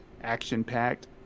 action-packed